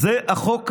זה החוק היום.